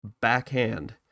backhand